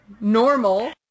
normal